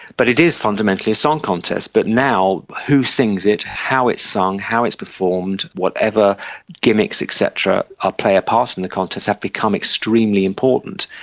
but it is fundamentally a song contest, but now who sings it, how it's sung, how it's performed, whatever gimmicks et cetera ah play a part in the contest have become extremely important,